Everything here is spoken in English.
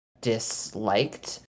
disliked